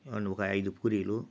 and ఒక ఐదు పూరీలు